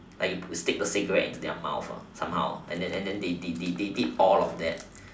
like you stick the cigarette into their mouth ah somehow and then and then they they they they did that all of that